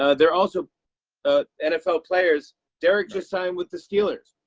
ah they're also ah nfl players. derek just signed with the steelers.